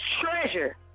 treasure